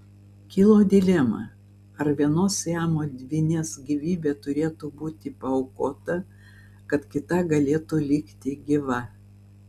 kilo dilema ar vienos siamo dvynės gyvybė turėtų būti paaukota kad kita galėtų likti gyva